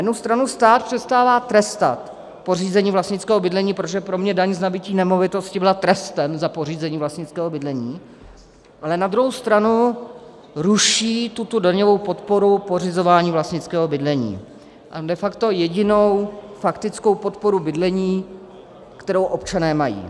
Na jednu stranu stát přestává trestat pořízení vlastnického bydlení, protože pro mě daň z nabytí nemovitosti byla trestem za pořízení vlastnického bydlení, ale na druhou stranu ruší tuto daňovou podporu pořizování vlastnického bydlení, de facto jedinou faktickou podporu bydlení, kterou občané mají.